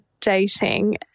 dating